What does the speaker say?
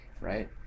right